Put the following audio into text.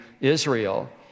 israel